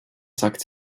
sagt